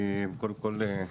קודם כל,